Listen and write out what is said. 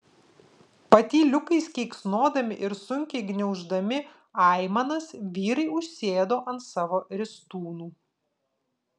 patyliukais keiksnodami ir sunkiai gniauždami aimanas vyrai užsėdo ant savo ristūnų